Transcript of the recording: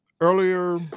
earlier